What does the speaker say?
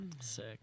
Sick